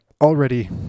already